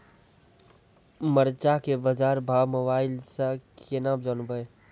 मरचा के बाजार भाव मोबाइल से कैनाज जान ब?